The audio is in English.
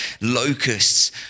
locusts